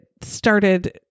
started